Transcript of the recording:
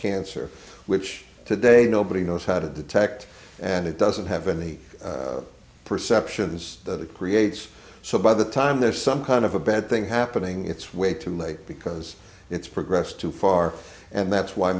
cancer which today nobody knows how to detect and it doesn't have any perceptions that it creates so by the time there's some kind of a bad thing happening it's way too late because it's progressed too far and that's why